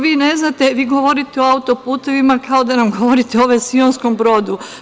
Vi govorite o autoputevima kao da nam govorite o vasionskom brodu.